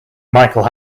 michael